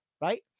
Right